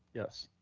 yes.